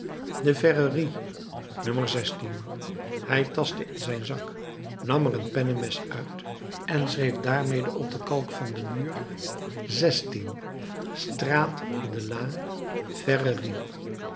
verrerie no hij tastte in zijn zak nam er een pennemes uit en schreef daarmede op de kalk van den muur